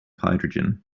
hydrogen